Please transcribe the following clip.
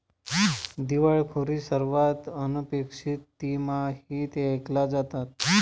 दिवाळखोरी सर्वात अनपेक्षित तिमाहीत ऐकल्या जातात